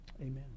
amen